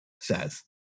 says